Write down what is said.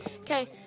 Okay